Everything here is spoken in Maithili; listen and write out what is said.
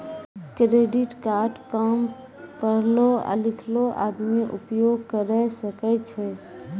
क्रेडिट कार्ड काम पढलो लिखलो आदमी उपयोग करे सकय छै?